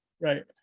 Right